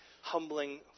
humbling